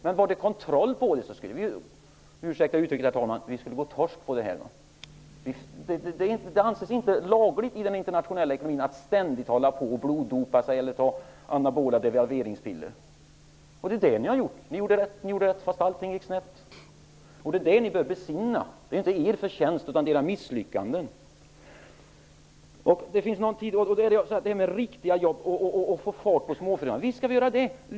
Men skulle det ske en kontroll, skulle vi -- ursäkta uttrycket, herr talman -- gå torsk på detta. Det anses inte lagligt i den internationella ekonomin att ständigt blodbota sig eller ta anabola devalveringspiller. Men det gjorde ni, och allting gick snett. Det bör ni besinna. Det är inte er förtjänst utan era misslyckanden. Det talas om att man skall få fart på småföretagsamheten.